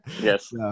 Yes